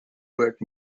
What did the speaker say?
work